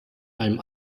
einem